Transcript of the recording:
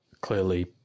clearly